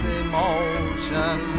emotion